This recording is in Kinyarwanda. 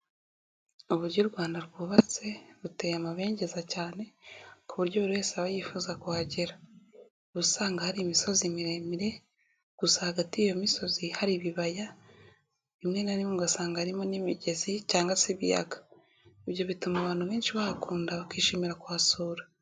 Uburyo u Rwanda rwubatse ruteye amabengeza cyane ku buryo buri wese aba yifuza kuhagera, uba usanga hari imisozi miremire gusa hagati y'iyo misozi hari ibibaya, rimwe na rimwe ugasanga harimo n'imigezi cyangwa se ibiyaga, ibyo bituma abantu benshi bahakunda bakishimira kuhasura.